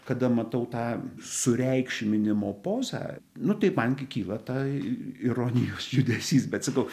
kada matau tą sureikšminimo pozą nu tai man gi kyla ta ironijos judesys bet sakau